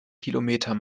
kilometer